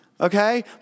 Okay